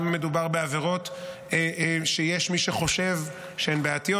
גם אם מדובר בעבירות שיש מי שחושב שהן בעייתיות,